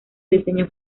diseño